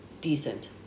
decent